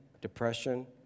depression